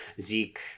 Zeke